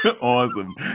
Awesome